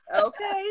okay